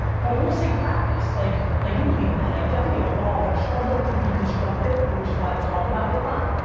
but i will say, practice. like, i do believe in that, i definitely have evolved. i'm struggling to deconstruct it, and which is why i don't talk about it a lot,